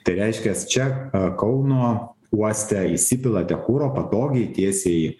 tai reiškias čia a kauno uoste įsipilate kuro patogiai tiesiai